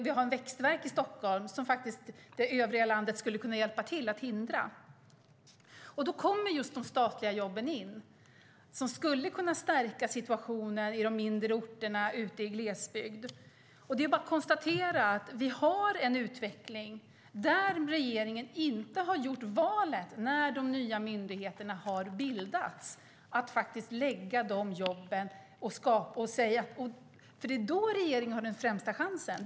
Vi har en växtvärk i Stockholm som övriga landet skulle kunna hjälpa till att hindra. Då kommer just de statliga jobben in som skulle kunna stärka situationen i de mindre orterna ute i glesbygden. Det är bara att konstatera att vi har en utveckling där regeringen, när de nya myndigheterna har bildats, inte har gjort valet att lägga dessa jobb i sådana orter.